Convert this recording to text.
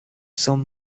son